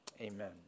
Amen